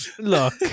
Look